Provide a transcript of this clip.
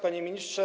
Panie Ministrze!